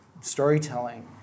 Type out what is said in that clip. storytelling